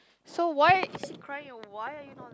so why is it crying or why are you not